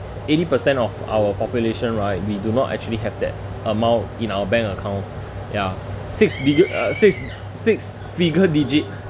eighty percent of our population right we do not actually have that amount in our bank account ya six figu~ uh six six figure digit